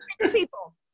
people